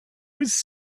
was